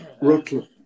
Rutland